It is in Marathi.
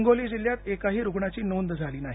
हिंगोली जिल्ह्यात एकाही रुग्णाची नोंद झाली नाही